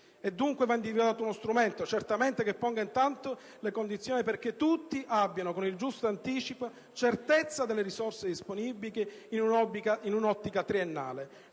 Dunque va individuato uno strumento che ponga, intanto, le condizioni perché tutti abbiano, con il giusto anticipo, certezza delle risorse disponibili in un'ottica triennale.